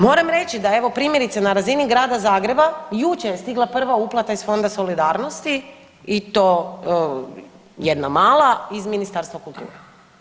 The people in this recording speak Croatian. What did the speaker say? Moram reći da evo, primjerice, na razini grada Zagreba, jučer je stigla prva uplata iz Fonda solidarnosti i to jedna mala iz Ministarstva kulture.